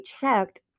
checked